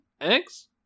eggs